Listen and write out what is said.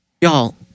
Y'all